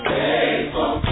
faithful